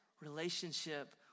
relationship